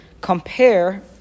compare